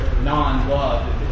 non-love